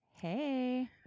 Hey